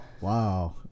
wow